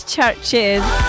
Churches